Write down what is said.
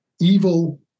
evil